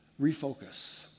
refocus